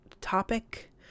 topic